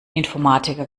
informatiker